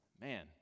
man